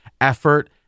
effort